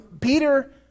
Peter